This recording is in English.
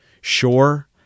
sure